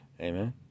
Amen